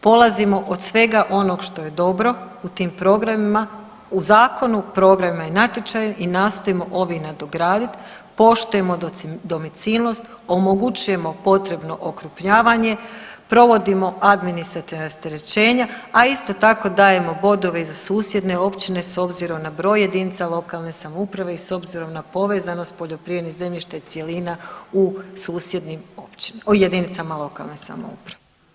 Polazimo od svega onog što je dobro u tim programima, u zakonima, programima i natječaju i nastojimo ovi nadogradit, poštujemo domicilnost, omogućujemo potrebno okrupnjavanje, provodimo administrativna rasterećenja, a isto tako dajemo bodove i za susjedne općine s obzirom na broj jedinice lokalne samouprave i s obzirom na povezanost poljoprivrednih zemljišnih cjelina u susjednim jedinicama lokalne samouprave.